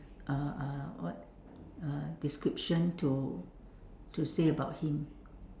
uh uh what uh description to to say about him